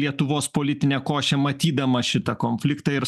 lietuvos politinę košę matydama šitą konfliktą ir